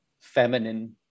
feminine